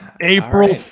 April